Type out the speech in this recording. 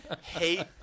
hate